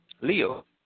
Leo